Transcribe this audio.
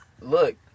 Look